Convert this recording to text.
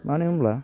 मानो होमब्ला